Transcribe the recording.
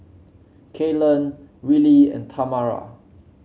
Kaylan Willie and Tamara